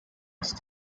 use